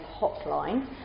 hotline